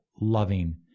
loving